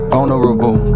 Vulnerable